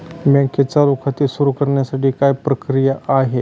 बँकेत चालू खाते सुरु करण्यासाठी काय प्रक्रिया आहे?